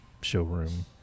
showroom